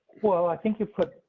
well, i think you